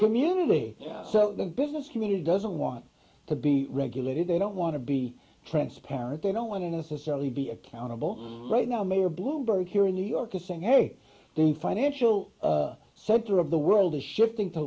community so the business community doesn't want to be regulated they don't want to be transparent they don't want to necessarily be accountable right now mayor bloomberg here in new york is saying hey the financial sector of the world is shifting to